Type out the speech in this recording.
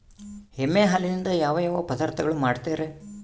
ಎಮ್ಮೆ ಹಾಲಿನಿಂದ ಯಾವ ಯಾವ ಪದಾರ್ಥಗಳು ಮಾಡ್ತಾರೆ?